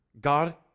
God